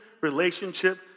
relationship